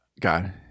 God